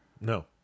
No